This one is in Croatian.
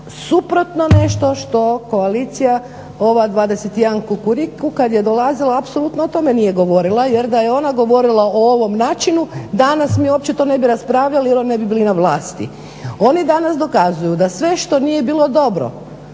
suprotno nešto što koalicija ova 21 kukuriku kad je dolazila apsolutno o tome nije govorila jer da je ona govorila o ovome načinu danas mi uopće to ne bi raspravljali jer oni ne bi bili na vlasti. Oni danas dokazuju da sve što nije bilo dobro